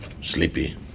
sleepy